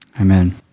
Amen